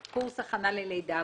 קורס הכנה ללידה,